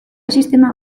sisteman